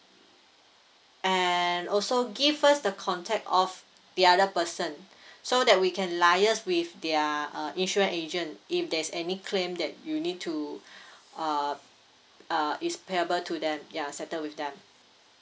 and also give us the contact of the other person so that we can liaise with their uh insurance agent if there's any claim that you need to uh uh it's payable to them ya settle with them